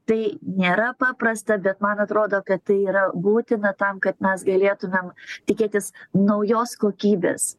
tai nėra paprasta bet man atrodo kad tai yra būtina tam kad mes galėtumėm tikėtis naujos kokybės